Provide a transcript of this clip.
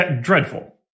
dreadful